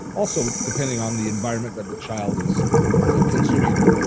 also depending on the environment that the child is consuming it